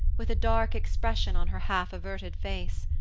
with a dark expression on her half-averted face.